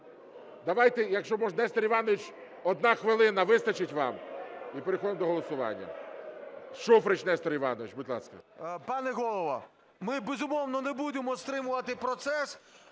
Давайте, якщо можна, Нестор Іванович, одна хвилина, вистачить вам? І переходимо до голосування. Шуфрич Нестор Іванович, будь ласка. 13:58:49 ШУФРИЧ Н.І. Пане Голово, ми, безумовно, не будемо стримувати процес,